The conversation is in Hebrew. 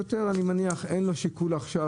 שוטר, אני מניח, אין לו שיקול עכשיו.